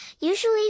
usually